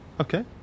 Okay